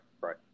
right